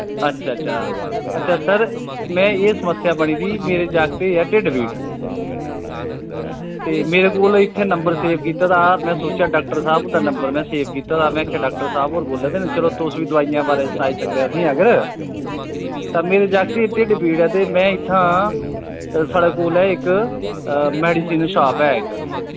अच्छा अच्छा अच्छा सर में एह् समस्या बनी दी मेरे जागते गी ऐ ढिड्ड पीड़ ते मेरे कोल इत्थें नंबर सेव कीते दा हा में सोचेआ डाक्टर साह्व उं'दा नंबर में सेव कीता हा में आखेआ डाक्टर साह्व होर बोला दे न चलो तुस बी दोआइयें दे बारै च सनाई सकदे अगर तां मेरे जागते गी ढिड्ड पीड़ ऐ में इत्थां साढ़े कोल ऐ मैडिसीन शॉप ऐ इक